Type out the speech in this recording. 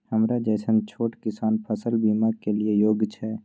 हमरा जैसन छोट किसान फसल बीमा के लिए योग्य छै?